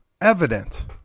evident